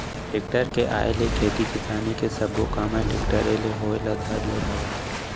tractor के आए ले खेती किसानी के सबो काम ह टेक्टरे ले होय ल धर ले हवय